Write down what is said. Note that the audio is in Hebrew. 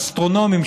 אסטרונומיים,